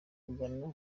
kugana